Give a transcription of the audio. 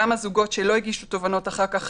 גם הזוגות שלא הגישו תובענות אחר כך,